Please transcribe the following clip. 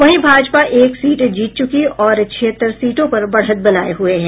वहीं भाजपा एक सीट जीत चुकी और और छिहत्तर सीटों पर बढ़त बनाये हुये है